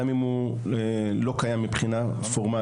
גם אם הוא לא קיים מבחינה פורמלית.